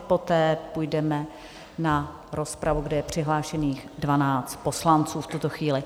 Poté půjdeme na rozpravu, kde je přihlášených dvanáct poslanců v této chvíli.